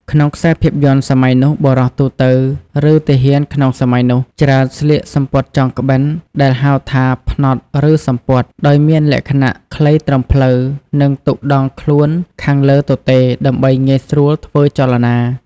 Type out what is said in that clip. ក្នុងខ្សែភាពយន្តសម័យនោះ បុរសទូទៅ ឬទាហានក្នុងសម័យនោះច្រើនស្លៀកសំពត់ចងក្បិនដែលហៅថា ផ្នត់ ឬ សំពត់ ដោយមានលក្ខណៈខ្លីត្រឹមភ្លៅ និងទុកដងខ្លួនខាងលើទទេដើម្បីងាយស្រួលធ្វើចលនា។